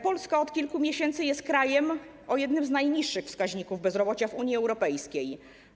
Polska od kilku miesięcy jest krajem o jednym z najniższych wskaźników bezrobocia w Unii Europejskiej.